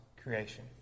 creation